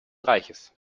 reichs